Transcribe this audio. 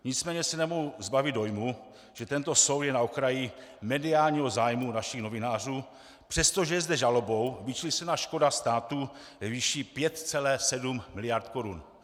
Nicméně se nemohu zbavit dojmu, že tento soud je na okraji mediálního zájmu našich novinářů, přestože je zde žalobou vyčíslena škoda státu ve výši 5,7 mld. korun.